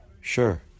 Sure